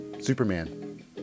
Superman